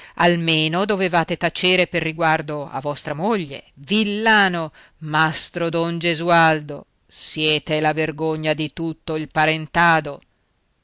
almeno dovevate tacere per riguardo a vostra moglie villano mastro don gesualdo siete la vergogna di tutto il parentado